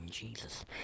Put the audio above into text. Jesus